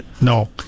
no